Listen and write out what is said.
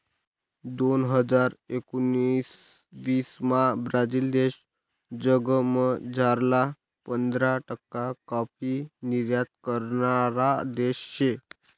दोन हजार एकोणाविसमा ब्राझील देश जगमझारला पंधरा टक्का काॅफी निर्यात करणारा देश शे